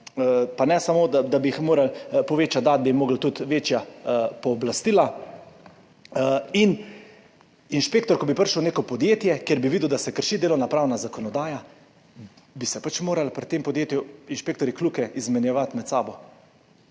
pa ne samo, da bi jih morali povečati, dati bi morali tudi večja pooblastila in inšpektor, ko bi prišel v neko podjetje, kjer bi videl, da se krši delovno pravna zakonodaja, bi se morali pri tem podjetju inšpektorji kljuke izmenjevati med sabo